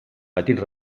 petits